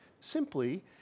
Simply